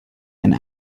and